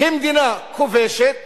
כמדינה כובשת